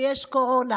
או אם יש קורונה.